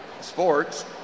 sports